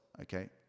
okay